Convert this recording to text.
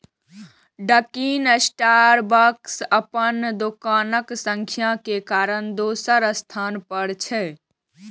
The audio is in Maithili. डकिन स्टारबक्स अपन दोकानक संख्या के कारण दोसर स्थान पर छै